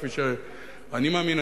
כפי שאני מאמין.